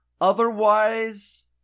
Otherwise